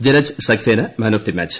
Jalaj Saxena man of the match